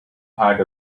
height